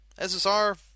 SSR